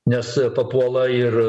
nes papuola ir